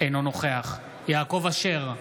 אינו נוכח יעקב אשר,